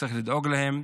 צריך לדאוג להם,